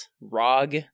ROG